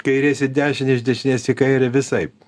kairės į dešinę iš dešinės į kairę visaip